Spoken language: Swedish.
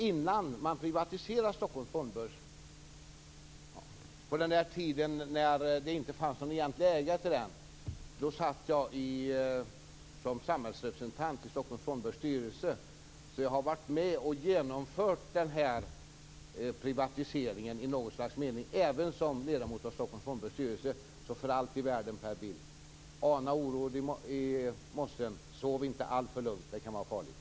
Innan man privatiserade Stockholms Fondbörs, på den tiden när det inte fanns någon egentlig ägare till den, satt jag som samhällsrepresentant i Stockholms Fondbörs styrelse. Jag har alltså varit med och genomfört privatiseringen i någon slags mening, även som ledamot av Stockholms Fondbörs styrelse. Så för allt i världen, Per Bill: Ana ugglor i mossen. Sov inte alltför lugnt - det kan vara farligt!